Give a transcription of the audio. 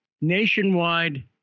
nationwide